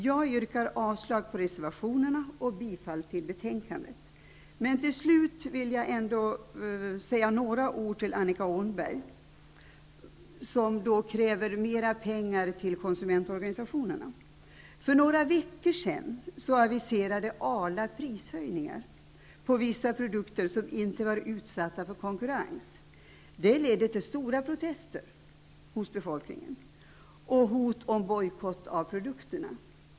Jag yrkar avslag på reservationerna och bifall till utskottets hemställan. Till slut vill jag säga några ord till Annika Åhnberg, som kräver mer pengar till konsumentorganisationerna. För några veckor sedan aviserade Arla prishöjningar på vissa produkter som inte var utsatta för konkurrens. Det ledde till stora protester hos befolkningen, med hot om bojkott av produkterna.